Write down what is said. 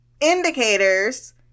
indicators